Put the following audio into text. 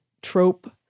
trope